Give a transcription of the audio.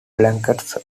blankets